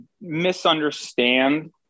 misunderstand